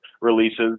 releases